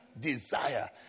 desire